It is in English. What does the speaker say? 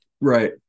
Right